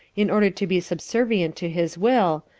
in order to be subservient to his will,